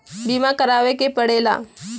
बीमा करावे के पड़ेला